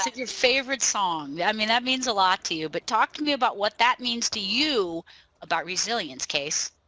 like your favorite song yeah i mean that means a lot to you but talk to me about what that means to you about resilience casey.